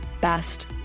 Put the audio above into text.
best